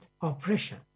oppression